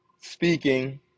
speaking